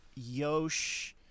Yosh